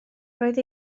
roedd